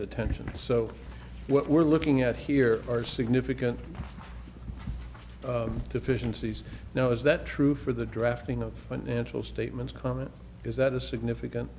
attention so what we're looking at here are significant deficiencies now is that true for the drafting of financial statements comment is that a significant